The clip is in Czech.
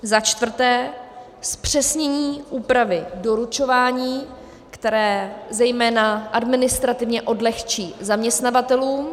Za čtvrté, zpřesnění úpravy doručování, které zejména administrativně odlehčí zaměstnavatelům.